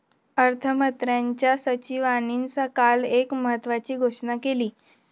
अर्थमंत्र्यांच्या सचिवांनी काल एक महत्त्वाची घोषणा केली